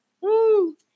Woo